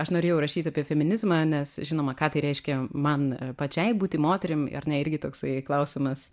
aš norėjau rašyt apie feminizmą nes žinoma ką tai reiškia man pačiai būti moterim ar ne irgi toksai klausimas